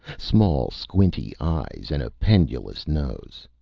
small squinty eyes, and a pendulous nose.